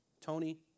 Tony